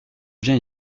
viens